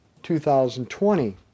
2020